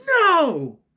no